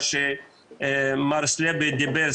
מה שמר סליבי דיבר,